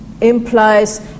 implies